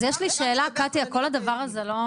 אז יש לי שאלה קטיה, כל הדבר הזה לא